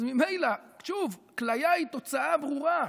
אז ממילא, שוב, כליה היא תוצאה ברורה.